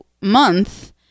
month